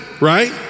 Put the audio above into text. right